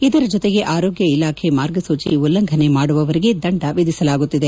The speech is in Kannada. ಇದರ ಜೊತೆಗೆ ಆರೋಗ್ಯ ಇಲಾಖೆ ಮಾರ್ಗಸೂಜಿ ಉಲ್ಲಂಘನೆ ಮಾಡುವವರಿಗೆ ದಂಡ ವಿಧಿಸಲಾಗುತ್ತಿದೆ